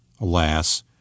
Alas